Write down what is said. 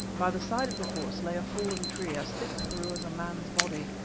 by the side of the horse lay a fallen tree, as thick through as a man's body.